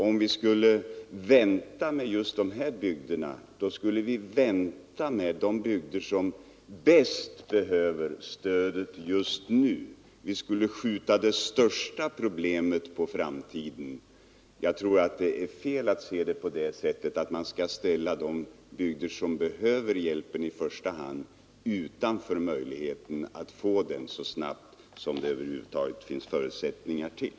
Om vi skulle vänta med just de här bygderna, då skulle vi vänta med de bygder som bäst behöver stöd just nu. Vi skulle skjuta det största problemet på framtiden. Jag tror att det är fel att ställa de bygder som behöver hjälpen i första hand utanför möjligheten att få den så snabbt som det över huvud taget finns förutsättningar för.